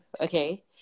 Okay